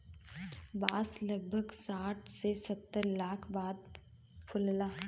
बांस लगभग साठ से सत्तर साल बाद फुलला